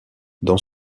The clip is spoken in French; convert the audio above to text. dans